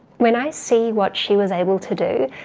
when i see what she was able to do,